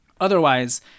otherwise